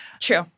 true